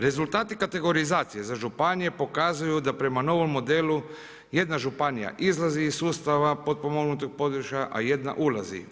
Rezultati kategorizacije za županije pokazuju da prema novom modelu jedna županija izlazi iz sustava potpomognutog područja, a jedna ulazi.